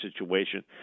situation